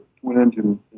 twin-engine